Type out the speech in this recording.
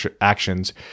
actions